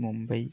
Mumbai